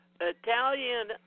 Italian